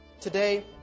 Today